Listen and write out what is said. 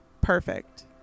Perfect